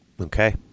Okay